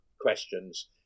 questions